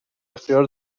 اختیار